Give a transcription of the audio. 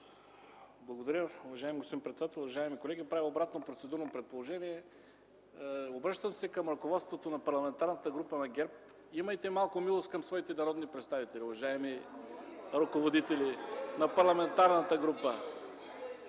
Благодаря Ви, уважаеми господин председател. Уважаеми колеги, правя обратно процедурно предложение – обръщам се към ръководството на Парламентарната група на ГЕРБ: имайте малко милост към своите народни представители, уважаеми ръководители на парламентарната група.